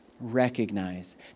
recognize